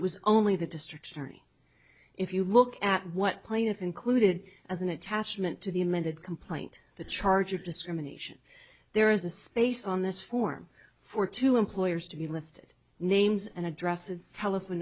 it was only the district attorney if you look at what plaintiff included as an attachment to the amended complaint the charge of discrimination there is a space on this form for two employers to be listed names and addresses telephone